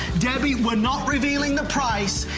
debbie, without revealing the price,